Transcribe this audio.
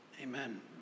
Amen